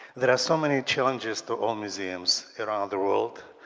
there are so many challenges to all museums around the world.